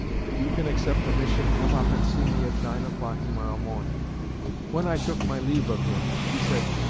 and if you can accept the mission come up and see me at nine o'clock tomorrow morning when i took my leave of him, he said,